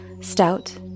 stout